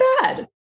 bad